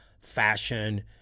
fashion